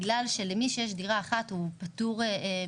בגלל שמי שיש לו דירה אחת הוא פטור ממיסוי,